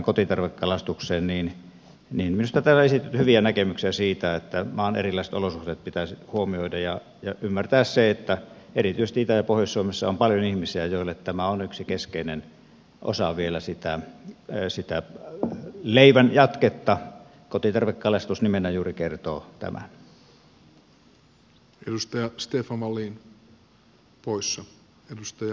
minusta täällä on esitetty hyviä näkemyksiä siitä että maan erilaiset olosuhteet pitäisi huomioida ja ymmärtää se että erityisesti itä ja pohjois suomessa on paljon ihmisiä joille tämä on vielä yksi keskeinen osa sitä leivän jatketta kotitarvekalastus nimenä juuri kertoo tämän